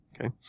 Okay